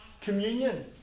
Communion